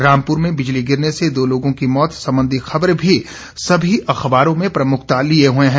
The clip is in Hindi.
रामपुर में बिजली गिरने से दो लोगों की मौत संबंधी खबर भी सभी अखबारों में प्रमुखता लिए हुए है